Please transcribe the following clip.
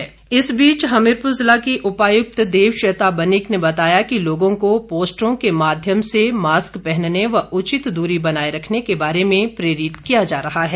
Hamirpur corona इस बीच हमीरपुर जिला की उपायुक्त देवश्वेता बनिक ने बताया कि लोगों को पोस्टरों के माध्यम से भी मास्क पहनने व उचित दूरी बनाए रखने के बारे में प्रेरित किया जा रहा है